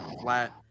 flat